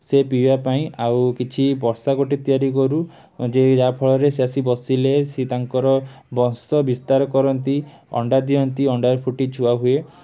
ସେ ପିଇବାପାଇଁ ଆଉ କିଛି ବସା ଗୋଟେ ତିଆରି କରୁ ଯେ ଯାହାଫଳରେ ସେ ଆସି ବସିଲେ ସେ ତାଙ୍କର ବଂଶବିସ୍ତାର କରନ୍ତି ଅଣ୍ଡା ଦିଅନ୍ତି ଅଣ୍ଡାରୁ ଫୁଟି ଛୁଆହୁଏ